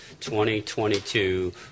2022